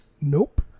Nope